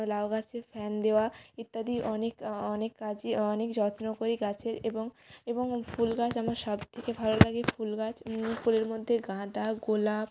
লাউ গাছে ফ্যান দেওয়া ইত্যাদি অনেক অনেক গাছই অনেক যত্ন করি গাছের এবং এবং ফুল গাছ আমরা সবথেকে ভালো লাগে ফুল গাছ ফুলের মধ্যে গাঁদা গোলাপ